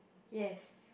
yes